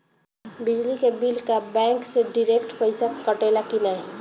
बिजली के बिल का बैंक से डिरेक्ट पइसा कटेला की नाहीं?